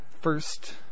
first